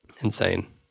Insane